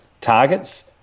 targets